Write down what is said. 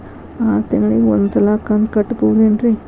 ಆರ ತಿಂಗಳಿಗ ಒಂದ್ ಸಲ ಕಂತ ಕಟ್ಟಬಹುದೇನ್ರಿ?